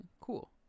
Cool